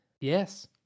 Yes